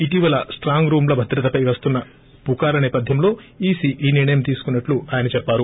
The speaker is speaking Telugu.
ఇటీవల స్రాంగ్ రూముల భద్రతపై వస్తున్న పుకార్ల నేపథ్యంలో ఈసీ ఈ నిర్ణయం తీసుకున్నట్లు ఆయన చెప్పారు